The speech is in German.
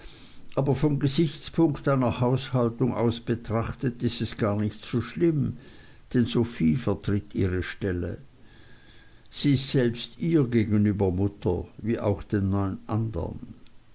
aber vom gesichtspunkt einer haushaltung aus betrachtet ist es nicht gar so schlimm denn sophie vertritt ihre stelle sie ist selbst ihr gegenüber mutter wie auch den neun andern